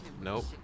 Nope